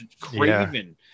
Craven